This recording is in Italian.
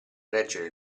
reggere